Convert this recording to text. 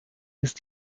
ist